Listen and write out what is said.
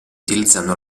utilizzando